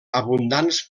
abundants